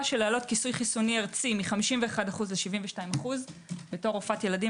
של להעלות כיסוי חיסוני ארצי מ-51% ל-72% כרופאת ילדים,